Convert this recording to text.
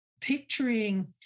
picturing